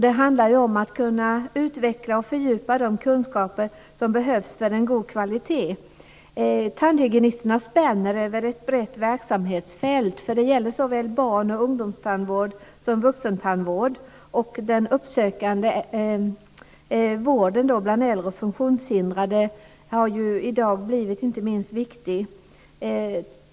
Det handlar om att kunna utveckla och fördjupa de kunskaper som behövs för en god kvalitet. Tandhygienisterna spänner över ett brett verksamhetsfält. Det gäller såväl barn och ungdomstandvård som vuxentandvård. Den uppsökande vården bland äldre och funktionshindrade har ju blivit inte minst viktig i dag.